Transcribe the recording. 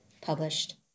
published